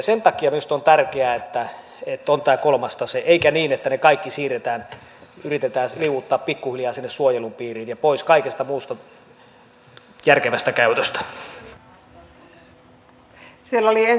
sen takia minusta on tärkeää että on tämä kolmas tase eikä niin että ne kaikki siirretään yritetään liuuttaa pikkuhiljaa sinne suojelun piiriin ja pois kaikesta muusta järkevästä käytöstä